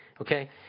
Okay